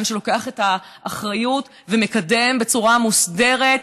שלוקח את האחריות ומקדם בצורה מוסדרת,